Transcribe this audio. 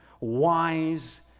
wise